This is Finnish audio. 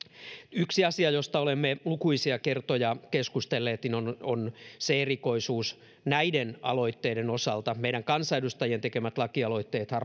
yksi asia josta olemme lukuisia kertoja keskustelleet on on se erikoisuus näiden aloitteiden osalta että meidän kansanedustajien tekemät lakialoitteethan